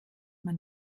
man